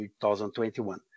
2021